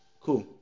cool